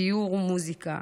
ציור ומוזיקה,